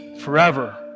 forever